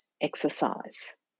exercise